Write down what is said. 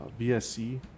BSC